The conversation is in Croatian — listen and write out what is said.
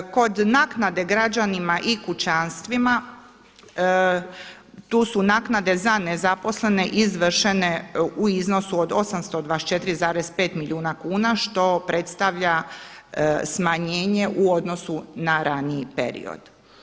Kod naknade građanima i kućanstvima tu su naknade za nezaposlene izvršene u iznosu od 824,5 milijuna kuna što predstavlja smanjenje u odnosu na raniji period.